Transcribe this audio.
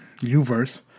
Uverse